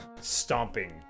stomping